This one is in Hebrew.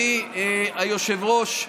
היושב-ראש,